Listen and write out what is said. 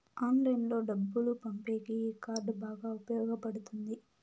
ఆన్లైన్లో డబ్బులు పంపేకి ఈ కార్డ్ బాగా ఉపయోగపడుతుంది